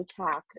attack